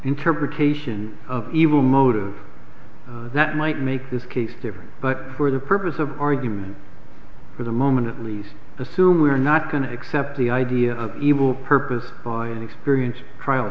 interpretation of evil motive that might make this case different but for the purpose of argument for the moment at least the sume are not going to accept the idea of evil purpose by an experienced trial